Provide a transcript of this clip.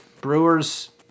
Brewers